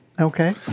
Okay